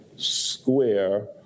square